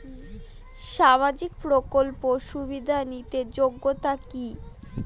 সামাজিক প্রকল্প সুবিধা নিতে যোগ্যতা কি?